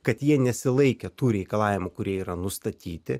kad jie nesilaikė tų reikalavimų kurie yra nustatyti